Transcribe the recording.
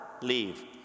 leave